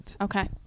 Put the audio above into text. Okay